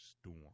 storm